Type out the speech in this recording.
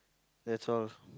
that's all